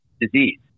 disease